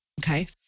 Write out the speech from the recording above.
Okay